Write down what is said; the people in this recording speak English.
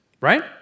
right